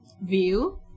view